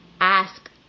ask